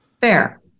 Fair